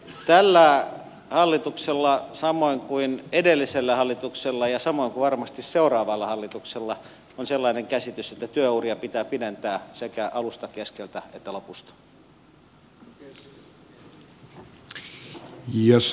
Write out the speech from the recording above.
tällä hallituksella samoin kuin edellisellä hallituksella ja samoin kuin varmasti seuraavalla hallituksella on sellainen käsitys että työuria pitää pidentää sekä alusta keskeltä että lopusta